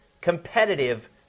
competitive